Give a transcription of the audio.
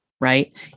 right